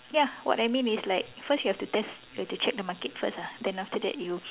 ya what I mean is like first you have to test you have to check the Market first then you